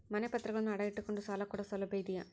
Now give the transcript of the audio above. ಮನೆ ಪತ್ರಗಳನ್ನು ಅಡ ಇಟ್ಟು ಕೊಂಡು ಸಾಲ ಕೊಡೋ ಸೌಲಭ್ಯ ಇದಿಯಾ?